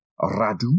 Radu